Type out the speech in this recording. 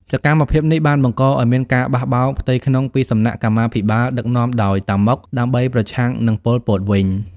សកម្មភាពនេះបានបង្កឱ្យមានការបះបោរផ្ទៃក្នុងពីសំណាក់កម្មាភិបាលដឹកនាំដោយ តាម៉ុក ដើម្បីប្រឆាំងនឹងប៉ុល ពត វិញ។